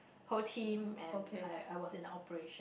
whole team and I was in operation